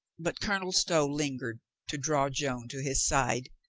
but colonel stow lingered to draw joan to his side.